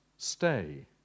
stay